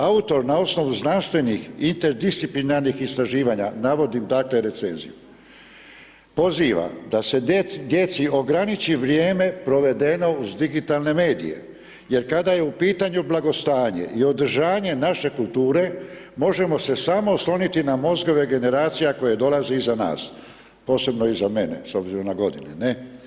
Autor na osnovi znanstvenih interdisciplinarnih istraživanja, navodim dakle recenziju, poziva da se djeci ograniči vrijeme provedeno uz digitalne medije, jer kada je u pitanju blagostanje i održanje naše kulture, možemo se samo osloniti na mozgove generacija koje dolaze iza nas, posebno iza mene, s obzirom na godine, ne.